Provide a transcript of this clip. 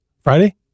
Friday